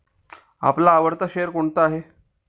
आपला आवडता शेअर कोणता आहे?